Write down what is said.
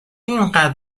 اینقدر